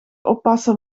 oppassen